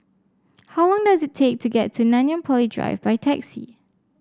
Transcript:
how long does it take to get to Nanyang Poly Drive by taxi